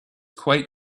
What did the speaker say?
quite